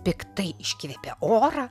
piktai iškvėpė orą